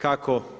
Kako?